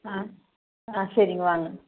ஆ ஆ சரிங்க வாங்க